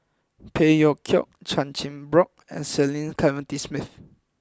Phey Yew Kok Chan Chin Bock and Cecil Clementi Smith